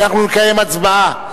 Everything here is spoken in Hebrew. אנחנו נקיים הצבעה.